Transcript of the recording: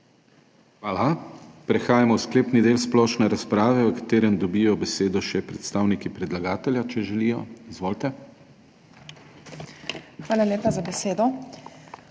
Hvala. Prehajamo v sklepni del splošne razprave, v katerem dobijo besedo še predstavniki predlagatelja, če želijo. Izvolite. **MATEJA SATTLER:**